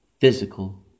physical